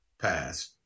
passed